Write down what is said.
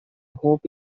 hope